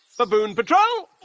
baboon patrol!